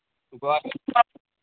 سُہ گوٚو اَصٕل